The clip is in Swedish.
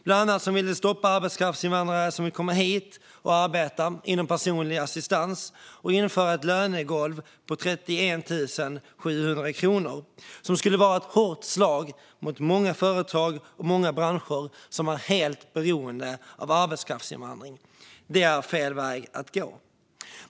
Bland annat så vill de stoppa arbetskraftsinvandrare som vill komma hit och arbeta inom personlig assistans och införa ett lönegolv på 31 700 kronor som skulle vara ett hårt slag mot många företag och många branscher som är helt beroende av arbetskraftsinvandring. Det är fel väg att gå.